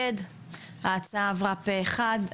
עברה פה אחד.